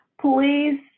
please